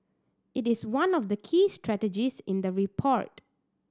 it is one of the key strategies in the report